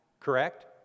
Correct